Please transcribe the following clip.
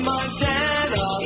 Montana